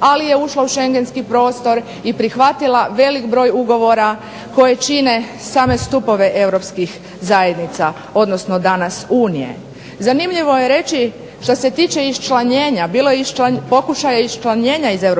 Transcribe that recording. ali je ušla u Schengenski prostor i prihvatila velik broj ugovora koji čine same stupove Europskih zajednica, odnosno danas Unije. Zanimljivo je reći što se tiče iščlanjenja, bilo je pokušaja iščlanjenja iz EU